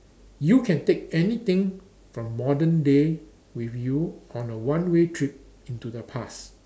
you can take anything from modern day with you on a one way trip into the past